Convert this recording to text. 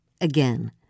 again